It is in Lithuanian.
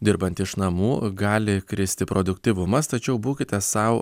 dirbant iš namų gali kristi produktyvumas tačiau būkite sau